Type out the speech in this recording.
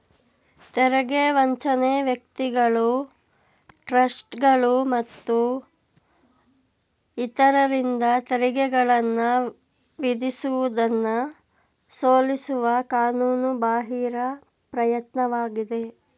ತೆರಿಗೆ ವಂಚನೆ ವ್ಯಕ್ತಿಗಳು ಟ್ರಸ್ಟ್ಗಳು ಮತ್ತು ಇತರರಿಂದ ತೆರಿಗೆಗಳನ್ನ ವಿಧಿಸುವುದನ್ನ ಸೋಲಿಸುವ ಕಾನೂನು ಬಾಹಿರ ಪ್ರಯತ್ನವಾಗಿದೆ